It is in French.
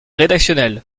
rédactionnel